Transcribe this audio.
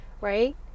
right